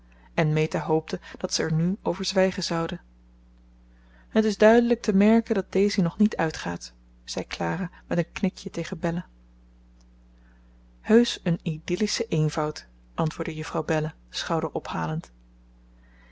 en meta hoopte dat ze er hu over zwijgen zouden het is duidelijk te merken dat daisy nog niet uitgaat zei clara met een knikje tegen belle heusch een idyllische eenvoud antwoordde juffrouw belle schouderophalend